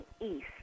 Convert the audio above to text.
east